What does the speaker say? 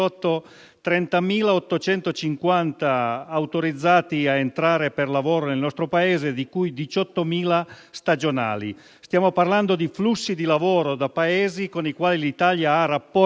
30.850 autorizzati a entrare per lavoro nel nostro Paese, di cui 18.000 stagionali. Stiamo parlando di flussi di lavoro da Paesi con i quali l'Italia ha rapporti